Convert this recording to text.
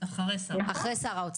אחרי שר האוצר,